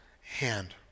hand